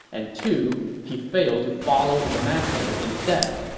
and two he failed to follow his master in death.